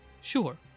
sure